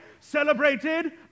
celebrated